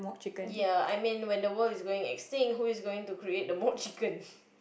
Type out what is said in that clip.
ya I mean when the world is going extinct who is going to create the mod chicken